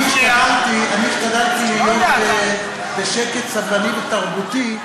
אני השתדלתי להיות בשקט סבלני ותרבותי.